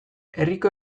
herriko